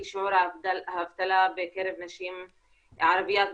כי שיעור האבטלה בקרב נשים ערביות,